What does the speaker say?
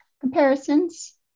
comparisons